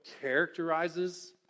characterizes